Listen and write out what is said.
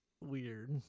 weird